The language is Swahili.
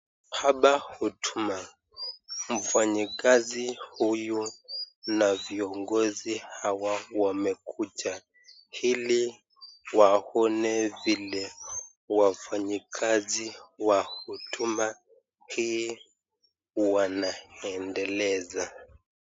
Hapa huduma mfanyikazi uyu na viongozi hawa wamekuja hili waone vile wafanyikazi wa huduma hii wanaendeleza.